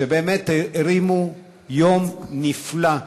שבאמת הרימו יום נפלא.